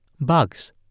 Bugs